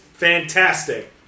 fantastic